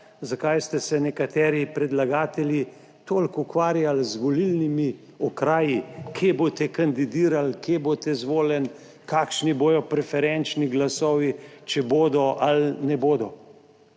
zakaj ste se nekateri predlagatelji toliko ukvarjali z volilnimi okraji, kje boste kandidirali, kje boste izvoljeni, kakšni bodo preferenčni glasovi, če bodo ali ne bodo.